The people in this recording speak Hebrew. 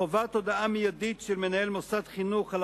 חובת הודעה מיידית של מנהל מוסד חינוך על